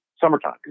summertime